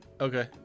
Okay